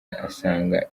asanga